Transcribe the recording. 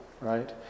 right